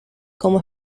como